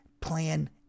plan